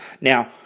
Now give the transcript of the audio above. Now